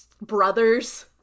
brothers